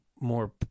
more